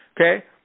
okay